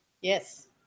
yes